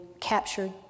captured